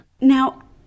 Now